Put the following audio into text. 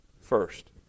First